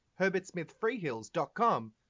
herbertsmithfreehills.com